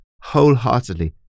wholeheartedly